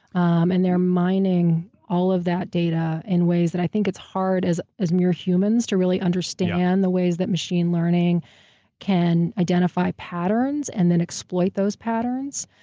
um and they're mining all of that data in ways that i think it's hard, as as mere humans, to really understand the ways that machine learning can identify patterns, and then exploit those patterns.